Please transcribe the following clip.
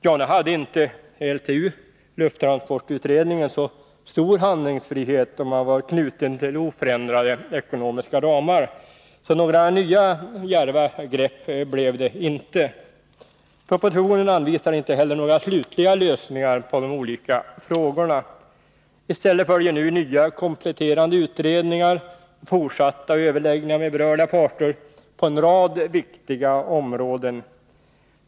Ja, nu hade inte LTU — lufttransportutredningen — så stor handlingsfrihet, då man var knuten till oförändrade ekonomiska ramar, så några nya djärva grepp blev det inte. Propositionen anvisar inte heller några slutliga lösningar på de olika frågorna. I stället följer nu nya kompletterande utredningar och fortsatta överläggningar med berörda parter på en rad viktiga områden.